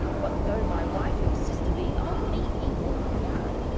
what though my wife your sister be, i'll meet ye then on yarrow.